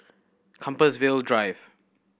Compassvale Drive